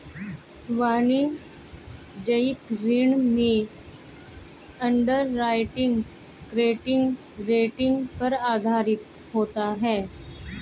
वाणिज्यिक ऋण में अंडरराइटिंग क्रेडिट रेटिंग पर आधारित होता है